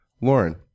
Lauren